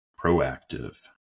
proactive